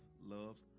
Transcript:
Loves